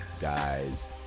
guys